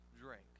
drink